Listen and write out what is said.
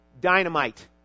Dynamite